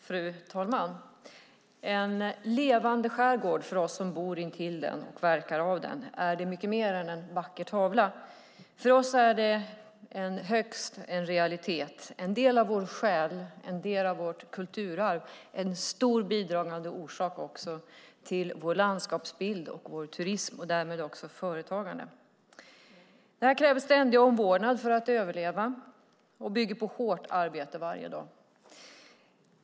Fru talman! En levande skärgård är för oss som bor intill denna och som verkar utifrån denna mycket mer än en vacker tavla. För oss är den i högsta grad en realitet. Den är en del av vår själ, en del av vårt kulturarv och en starkt bidragande orsak till vår landskapsbild och vår turism och därmed också till företagande. Detta kräver ständig omvårdnad för att överleva och bygger på hårt arbete varje dag.